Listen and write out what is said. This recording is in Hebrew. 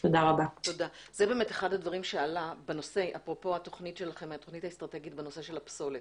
זה באמת אחד הדברים שעלה אפרופו לתוכנית האסטרטגית בנושא של הפסולת.